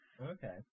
okay